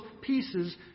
pieces